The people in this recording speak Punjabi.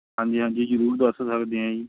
ਹਾਂਜੀ ਹਾਂਜੀ ਜ਼ਰੂਰ ਦੱਸ ਸਕਦੇ ਹਾਂ ਜੀ